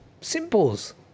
simples